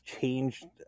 changed